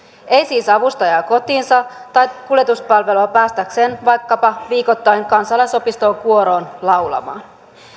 eivät siis avustajaa kotiinsa tai kuljetuspalvelua päästäkseen vaikkapa viikoittain kansalaisopistoon kuoroon laulamaan